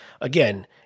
again